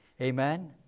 Amen